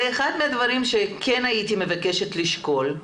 זה אחד מהדברים שהייתי מבקשת לשקול,